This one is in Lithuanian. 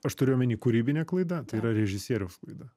aš turiu omeny kūrybinė klaida tai yra režisieriaus klaida